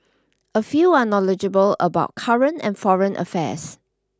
a few are knowledgeable about current and foreign affairs